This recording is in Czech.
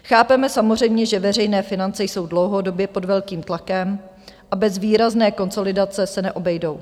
Chápeme samozřejmě, že veřejné finance jsou dlouhodobě pod velkým tlakem a bez výrazné konsolidace se neobejdou.